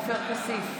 עופר כסיף,